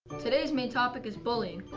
today's main topic is bullying.